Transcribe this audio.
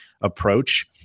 approach